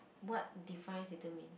what define determined